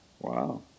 Wow